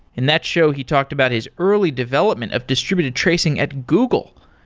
in that show he talked about his early development of distributed tracing at google.